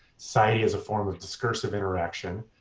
society as a form of discursive interaction,